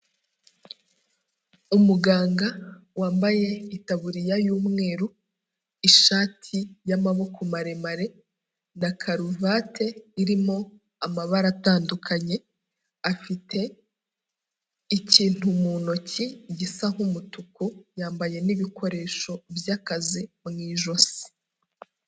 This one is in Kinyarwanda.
Umuganga wambaye itaburiya y'umweru, ishati y'amaboko maremare na karuvati irimo amabara atandukanye, afite ikintu mu ntoki gisa nk'umutuku, yambaye n'ibikoresho by'akazi mu ijosi.